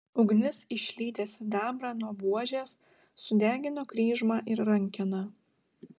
ugnis išlydė sidabrą nuo buožės sudegino kryžmą ir rankeną